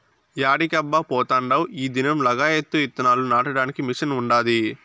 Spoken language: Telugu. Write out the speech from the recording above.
యాడికబ్బా పోతాండావ్ ఈ దినం లగాయత్తు ఇత్తనాలు నాటడానికి మిషన్ ఉండాది